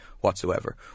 whatsoever